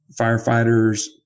firefighters